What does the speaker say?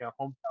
hometown